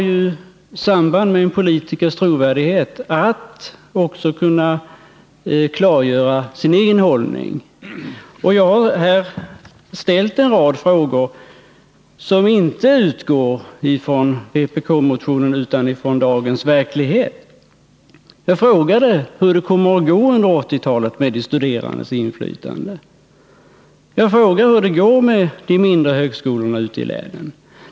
En politikers trovärdighet beror ju bl.a. på att man kan klargöra sin egen hållning. Jag har ställt en rad frågor, som inte utgår från vpk-motionen utan från dagens verklighet. Jag frågade hur det kommer att gå under 1980-talet med de studerandes inflytande. Jag frågade hur det kommer att gå med de mindre högskolorna ute i länen.